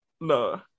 No